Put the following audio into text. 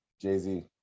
Jay-Z